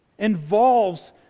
involves